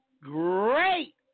great